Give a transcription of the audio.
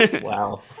Wow